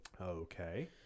okay